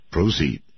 Proceed